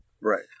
Right